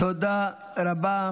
תודה רבה.